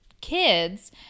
kids